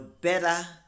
better